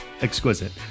Exquisite